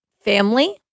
Family